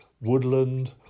woodland